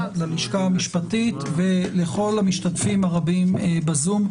ללשכה המשפטית ולכל המשתתפים הרבים בזום,